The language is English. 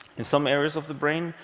in some areas of the brain,